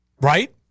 right